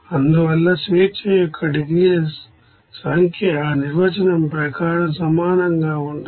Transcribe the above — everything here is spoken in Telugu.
అందువల్ల డిగ్రీస్ అఫ్ ఫ్రీడమ్ సంఖ్య ఆ నిర్వచనం ప్రకారం సమానంగా ఉంటుంది